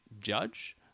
judge